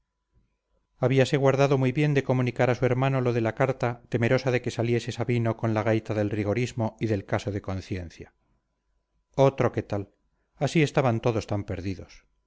idea habíase guardado muy bien de comunicar a su hermano lo de la carta temerosa de que saliese sabino con la gaita del rigorismo y del caso de conciencia otro que tal así estaban todos tan perdidos